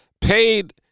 paid